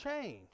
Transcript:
change